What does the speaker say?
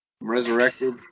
resurrected